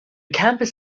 campus